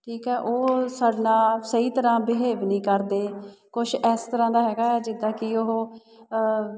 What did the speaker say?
ਠੀਕ ਆ ਉਹ ਸਾਡਾ ਸਹੀ ਤਰ੍ਹਾਂ ਬਿਹੇਵ ਨਹੀਂ ਕਰਦੇ ਕੁਛ ਐਸ ਤਰ੍ਹਾਂ ਦਾ ਹੈਗਾ ਜਿੱਦਾਂ ਕਿ ਉਹ